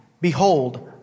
Behold